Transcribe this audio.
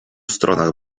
stronach